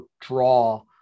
draw